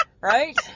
Right